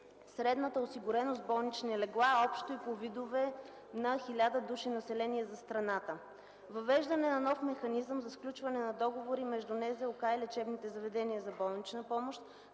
средната осигуреност с болнични легла общо и по видове на 1000 души население за страната; - въвеждане на нов механизъм за сключване на договори между НЗОК и лечебните заведения за болнична помощ,